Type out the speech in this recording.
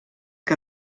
que